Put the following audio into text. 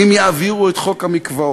אם יעבירו את חוק המקוואות,